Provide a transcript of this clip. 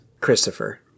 Christopher